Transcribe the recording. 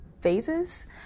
phases